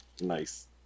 Nice